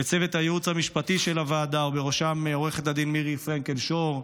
לצוות הייעוץ המשפטי של הוועדה ובראשם עורכת הדין מירי פרנקל שור,